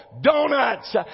donuts